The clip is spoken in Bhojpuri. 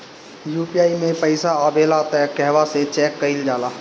यू.पी.आई मे पइसा आबेला त कहवा से चेक कईल जाला?